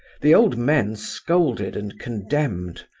the old men scolded and condemned,